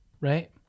right